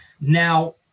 Now